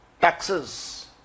taxes